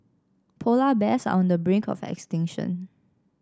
polar bears are on the brink of extinction